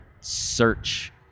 search